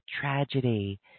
tragedy